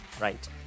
right